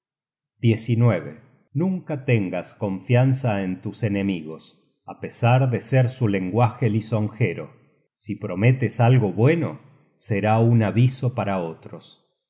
at nunca tengas confianza en tus enemigos á pesar de su lenguaje lisonjero si prometes algo bueno será un aviso para otros